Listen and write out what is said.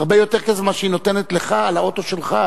הרבה יותר כסף ממה שהיא נותנת לך על האוטו שלך